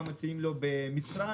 מה מתאים לו במצרים,